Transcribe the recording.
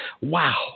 Wow